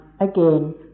again